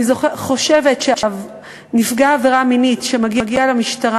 אני חושבת שנפגע עבירה מינית שמגיע למשטרה